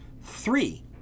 Three